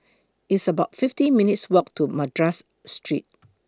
It's about fifty minutes' Walk to Madras Street